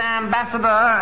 ambassador